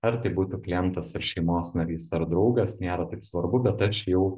ar tai būtų klientas ar šeimos narys ar draugas nėra taip svarbu bet aš jau